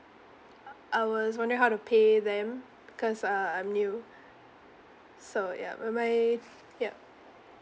uh I was wondering how to pay them because uh I am new so yup what am I yup